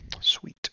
Sweet